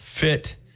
fit